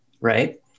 Right